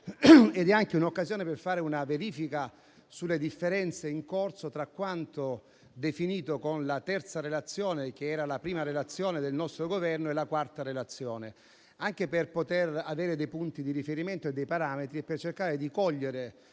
di un'occasione anche per fare una verifica sulle differenze in corso tra quanto definito con la terza relazione, che era la prima del nostro Governo, e la quarta relazione, così da poter avere dei punti di riferimento e dei parametri e cercare di cogliere